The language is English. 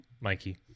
Mikey